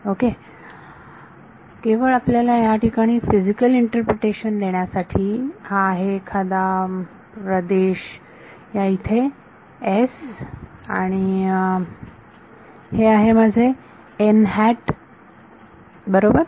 okay केवळ आपल्याला या ठिकाणी फिजिकल इंटरप्रेटेशन देण्यासाठी हा आहे एखादा प्रदेश या इथे S आणि हे आहे माझे n हॅट बरोबर